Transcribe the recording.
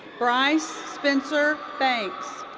bryce spencer banks.